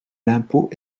l’impôt